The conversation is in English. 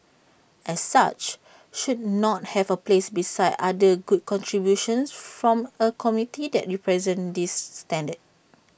as such should not have A place beside other good contributions from A community that represent this standard